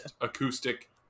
acoustic